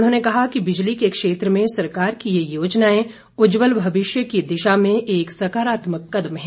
उन्होंने कहा कि बिजली के क्षेत्र में सरकार की ये योजनाएं उज्जवल भविष्य की दिशा में एक सकारात्मक कदम है